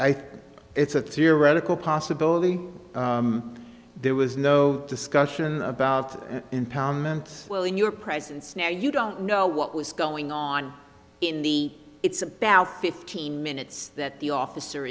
think it's a theoretical possibility there was no discussion about the impoundment well in your presence now you don't know what was going on in the it's about fifteen minutes that the officer